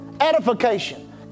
edification